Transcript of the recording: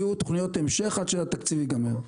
יהיו תוכניות המשך עד שהתקציב ייגמר.